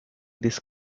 this